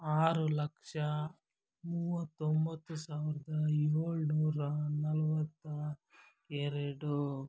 ಆರು ಲಕ್ಷ ಮೂವತ್ತೊಂಬತ್ತು ಸಾವಿರದ ಏಳುನೂರ ನಲವತ್ತ ಎರಡು